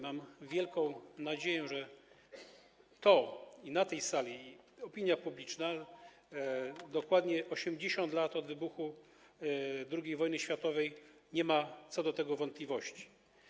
Mam wielką nadzieję, że na tej sali i wśród opinii publicznej dokładnie 80 lat od wybuchu II wojny światowej nie ma co do tego wątpliwości.